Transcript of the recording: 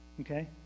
okay